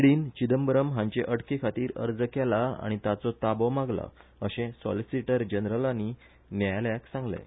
डीन चिदंबरम हांचे अटकेखातीर अर्ज केला आनी तांचो ताबो मागला अशें सॉलीसिटीर जनरलानी न्यायालयाक सांगलें